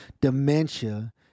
dementia